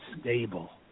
stable